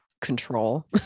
control